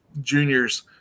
juniors